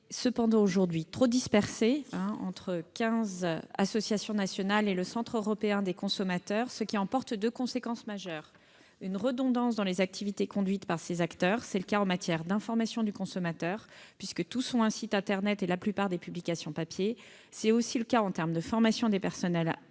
elle est aujourd'hui trop dispersée, entre quinze associations nationales et le Centre européen des consommateurs. Cela emporte deux conséquences majeures. Il y a redondance dans les activités conduites par ces acteurs, notamment en matière d'information du consommateur, puisque tous ont un site internet et la plupart des publications papier, et en termes de formation des personnels,